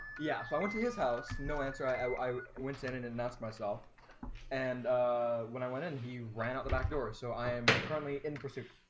yeah, so i went to his house. no answer. i i went in and and asked myself and when i went in you ran out the back door so i am currently in pursuit